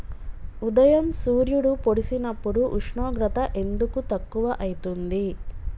ఉదయం సూర్యుడు పొడిసినప్పుడు ఉష్ణోగ్రత ఎందుకు తక్కువ ఐతుంది?